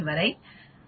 29 வரை 0